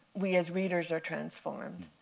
we as readers are transformed.